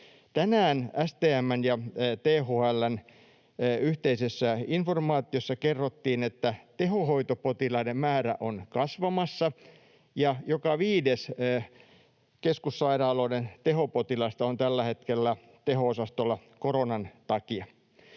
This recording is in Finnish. Tänään STM:n ja THL:n yhteisessä informaatiossa kerrottiin, että tehohoitopotilaiden määrä on kasvamassa ja joka viides keskussairaaloiden tehopotilaista on tällä hetkellä teho-osastolla koronan takia.